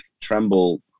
tremble